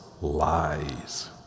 lies